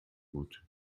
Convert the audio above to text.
gut